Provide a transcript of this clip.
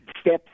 steps